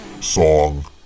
song